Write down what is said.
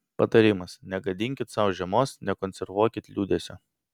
patarimas negadinkit sau žiemos nekonservuokit liūdesio